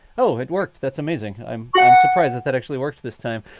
oh, it worked. that's amazing. i'm surprised that that actually worked this time.